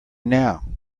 now